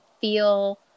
feel